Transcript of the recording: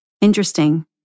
Interesting